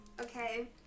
Okay